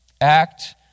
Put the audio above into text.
act